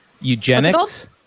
eugenics